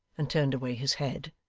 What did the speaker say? and turned away his head.